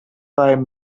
five